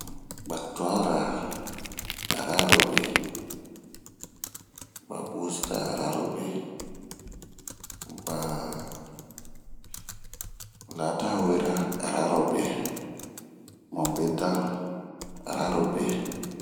eee batubara ararobe, babwusira ararobe, baa ladawera ararobe mubedan ararobe